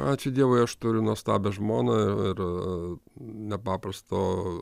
ačiū dievui aš turiu nuostabią žmoną ir nepaprasto